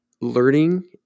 learning